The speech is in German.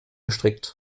gestrickt